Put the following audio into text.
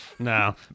No